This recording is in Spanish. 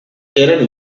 eran